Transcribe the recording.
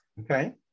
Okay